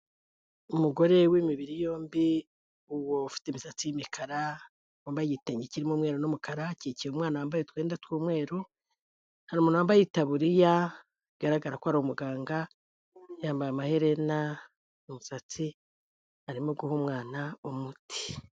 Umugore w'imibiri yombi, ufite imisatsi y'imikara, wambaye igitenge kirimo umweru n'umukara akikiye umwana wambaye utwenda tw'umweru, hari umuntu wambaye itaburiya bigaragara ko ari umuganga, yambaye amaherena, umusatsi, arimo guha umwana umuti.